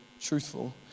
truthful